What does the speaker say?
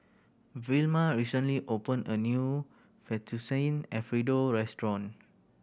Vilma recently opened a new Fettuccine Alfredo restaurant